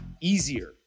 easier